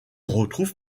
retrouve